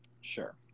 Sure